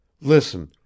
Listen